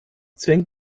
zwängt